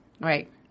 Right